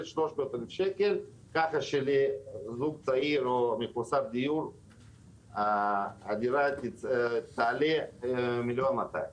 300,000 שקל כך שלזוג צעיר או מחוסר דיור הדירה תעלה 1,200,000 שקל.